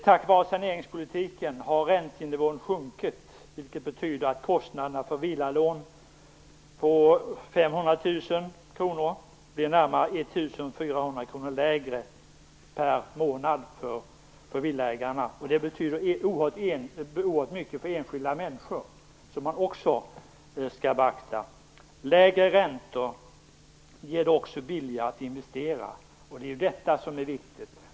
Tack vare saneringspolitiken har räntenivån sjunkit, vilket betyder att kostnaderna för ett villalån på 500 000 kr blir närmare 1 400 kr lägre per månad för villaägaren. Det betyder oerhört mycket för enskilda människor, vilket man också skall beakta. Lägre räntor gör det också billigare att investera. Det är det som är viktigt.